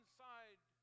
side